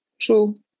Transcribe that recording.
True